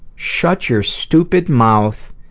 shut your stupid mouth,